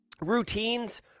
routines